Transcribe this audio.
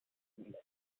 community